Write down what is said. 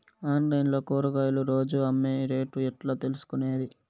Online లో కూరగాయలు రోజు అమ్మే రేటు ఎట్లా తెలుసుకొనేది?